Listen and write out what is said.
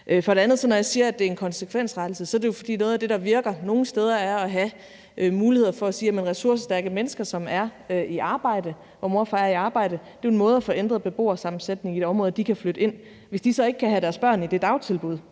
sige, at når jeg siger, at det er en konsekvensrettelse, er det jo, fordi noget af det, der virker nogle steder, er at have mulighed for at sige, at det i forhold til ressourcestærke mennesker, som er i arbejde – mor og far er i arbejde – er en måde at få ændret beboersammensætningen i et område på, at de kan flytte ind. Hvis de så ikke kan have deres børn i det dagtilbud,